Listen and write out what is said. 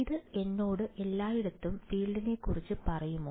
ഇത് എന്നോട് എല്ലായിടത്തും ഫീൽഡിനെക്കുറിച്ച് പറയുമോ